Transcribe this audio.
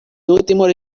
últimos